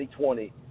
2020